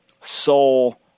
soul